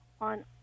on